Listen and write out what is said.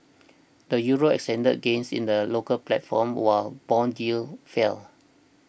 the Euro extended gains in the local platform while bond yields fell